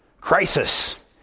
Crisis